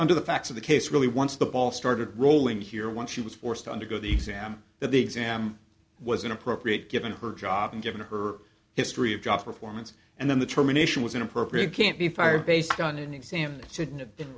under the facts of the case really once the ball started rolling here once she was forced to undergo the exam that the exam was in appropriate given her job and given her history of job performance and then the termination was inappropriate can't be fired based on an exam shouldn't have been